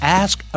ask